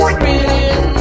Spinning